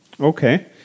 Okay